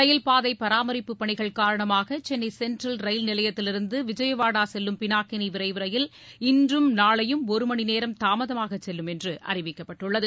ரயில் பாதை பராமரிப்பு பணிகள் காரணமாக சென்னை சென்ட்ரல் ரயில் நிலையத்திலிருந்து விஜயவாடா செல்லும் பினாகினி விரைவு ரயில் இன்றும் நாளையும் ஒரு மணி நேரம் தாமதமாக செல்லுமென்று அறிவிக்கப்பட்டுள்ளது